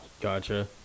Gotcha